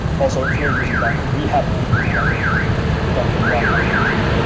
also, if you're using docker, we happen to be using docker in ah docker in a lot of applications,